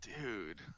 dude